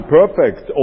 perfect